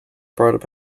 brought